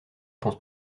pense